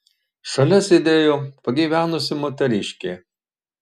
šalia sėdėjo pagyvenusi moteriškė